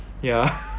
ya